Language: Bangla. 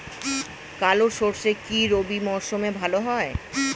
কালো সরষে কি রবি মরশুমে ভালো হয়?